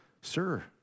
Sir